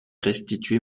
restituer